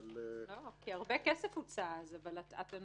אבל --- כי הרבה הכסף הוצע אז אבל אתם